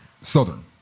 southern